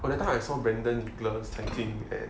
well that time I saw brandon chai chin and